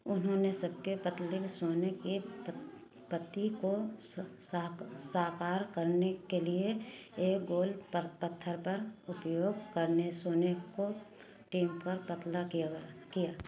उन्होंने सबसे पतले सोने के पत्ती को साकार करने के लिए एक गोल पर पत्थर पर उपयोग करने सोने को टेम्पर पतला किया किया